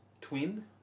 twin